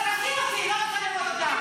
זה לא ייאמן.